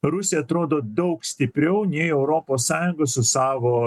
rusija atrodo daug stipriau nei europos sąjunga su savo